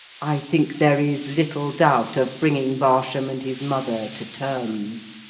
i think there is little doubt of bringing barsham and his mother to terms.